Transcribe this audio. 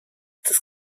des